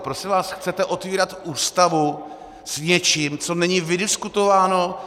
Prosím vás, chcete otevírat Ústavu s něčím, co není vydiskutováno.